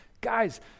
Guys